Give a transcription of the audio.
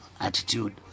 attitude